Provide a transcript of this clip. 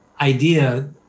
idea